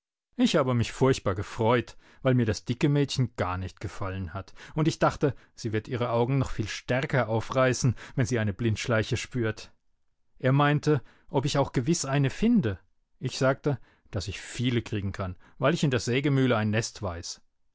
ich habe mich furchtbar gefreut weil mir das dicke mädchen gar nicht gefallen hat und ich dachte sie wird ihre augen noch viel stärker aufreißen wenn sie eine blindschleiche spürt er meinte ob ich auch gewiß eine finde ich sagte daß ich viele kriegen kann weil ich in der sägemühle ein nest weiß